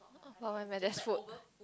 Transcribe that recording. that's food